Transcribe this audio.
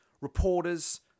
reporters